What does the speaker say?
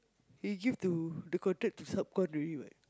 he give to the contract to subcon already what